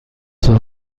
شیر